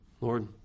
Lord